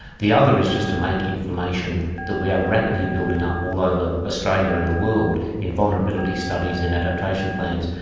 the other is just to make information that we are rapidly building up all over australia and the world in vulnerability studies, in adaptation plans,